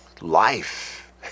life